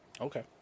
Okay